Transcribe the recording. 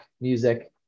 music